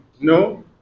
No